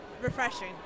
refreshing